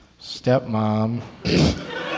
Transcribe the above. Stepmom